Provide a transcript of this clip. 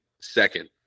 second